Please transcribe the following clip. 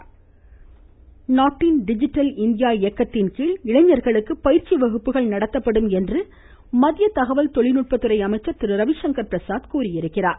ம் ம் ம் ம் ம ரவிசங்கர் பிரசாத் நாட்டில் டிஜிட்டல் இந்தியா இயக்கத்தின்கீழ் இளைஞர்களுக்கு பயிற்சி வகுப்புகள் நடத்தப்படும் என்று மத்திய தகவல் தொழில்நுட்பத்துறை அமைச்சர் திரு ரவிசங்கர் பிரசாத் தெரிவித்துள்ளார்